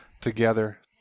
together